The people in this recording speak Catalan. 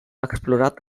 explorat